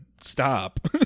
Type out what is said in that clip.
stop